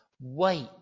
wait